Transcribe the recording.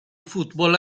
football